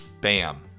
bam